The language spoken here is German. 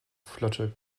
flotte